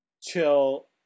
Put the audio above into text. chill